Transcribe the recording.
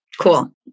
Cool